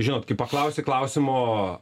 žinot kai paklausi klausimo